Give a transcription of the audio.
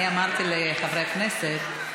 אני אמרתי לחברי הכנסת,